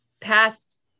past